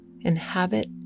Inhabit